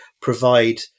provide